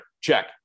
check